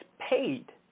paid